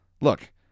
Look